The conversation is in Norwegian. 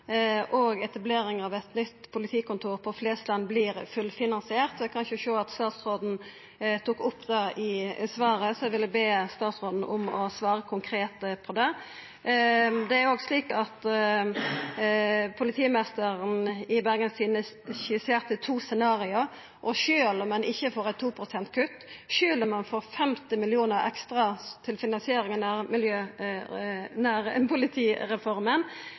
og etablering av eit nytt politikontor på Flesland vert fullfinansiert. Eg kan ikkje sjå at statsråden tok opp det i svaret, så eg vil be statsråden svara konkret på det. Det er òg slik at politimeisteren i Bergens Tidende skisserte to scenario. Sjølv om ein ikkje får eit kutt på 2 pst., sjølv om ein får 50 mill. kr ekstra til finansiering av